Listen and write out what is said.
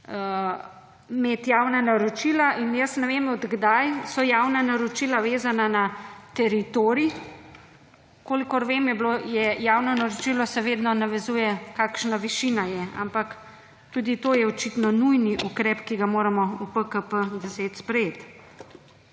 imeti javna naročila. In jaz ne vem, od kdaj so javna naročila vezana na teritorij. Kolikor vem, je javno naročilo, se vedno navezuje, kakšna višina je, ampak tudi to je očitno nujni ukrep, ki ga moramo v PKP10 sprejeti.